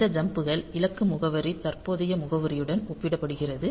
இந்த ஜம்ப் கள் இலக்கு முகவரி தற்போதைய முகவரியுடன் ஒப்பிடப்படுகிறது